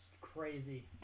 crazy